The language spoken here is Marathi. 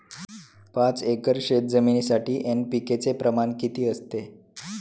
पाच एकर शेतजमिनीसाठी एन.पी.के चे प्रमाण किती असते?